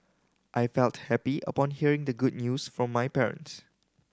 I felt happy upon hearing the good news from my parents